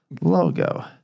logo